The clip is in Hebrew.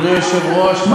אדוני היושב-ראש,